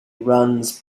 runs